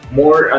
more